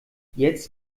jetzt